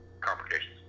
complications